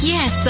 Yes